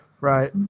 Right